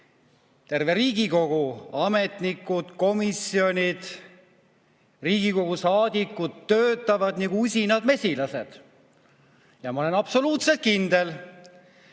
terve Riigikogu – ametnikud, komisjonid, saadikud töötavad nagu usinad mesilased. Ma olen absoluutselt kindel,